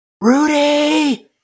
Rudy